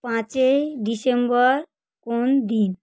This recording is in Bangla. পাঁচই ডিসেম্বর কোন দিন